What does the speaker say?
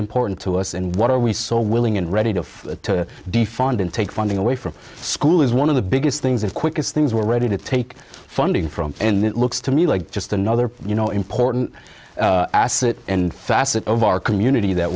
important to us and what are we so willing and ready to defund and take funding away from school is one of the biggest things as quick as things we're ready to take funding from and it looks to me like just another you know important assett and facet of our community that